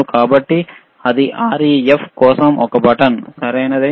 కాబట్టి అది REF కోసం ఒక బటన్ సరియైనది